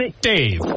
Dave